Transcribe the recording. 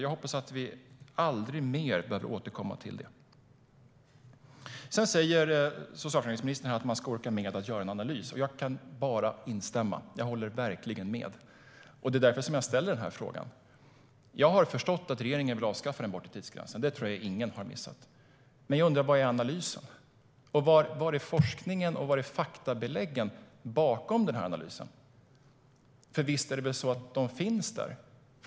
Jag hoppas att vi aldrig mer återkommer till det. Socialförsäkringsministern säger att man ska orka med att göra en analys. Jag kan bara instämma; jag håller verkligen med. Det är därför jag ställer min fråga. Jag har förstått att regeringen vill avskaffa den bortre tidsgränsen; det har nog ingen missat. Men var är analysen? Var är forskningen? Var är faktabeläggen bakom analysen? Det måste ju finnas där.